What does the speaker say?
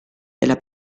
della